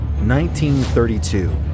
1932